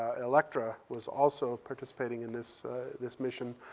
ah electra was also participating in this this mission.